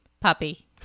Puppy